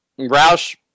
Roush